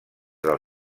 del